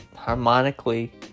harmonically